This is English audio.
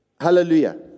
Hallelujah